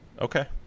Okay